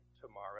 tomorrow